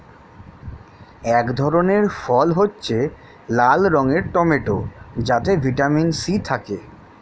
এক ধরনের ফল হচ্ছে লাল রঙের টমেটো যাতে ভিটামিন সি থাকে